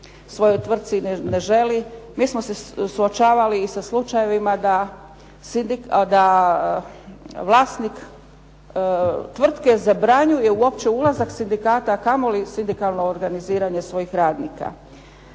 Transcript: svojoj tvrtci ili ne želi. Mi smo se suočavali sa slučajevima da vlasnik tvrtke zabranjuje uopće ulazak sindikata a kamoli sindikalno organiziranje svojih radnika.